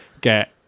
get